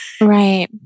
Right